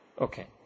Okay